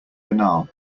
banal